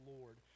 Lord